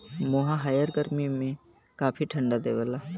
मोहायर गरमी में काफी ठंडा देवला